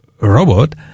robot